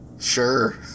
Sure